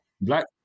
Black